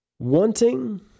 Wanting